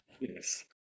Yes